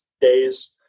days